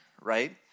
right